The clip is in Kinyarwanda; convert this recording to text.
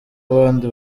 abandi